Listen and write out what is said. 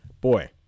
Boy